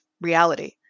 reality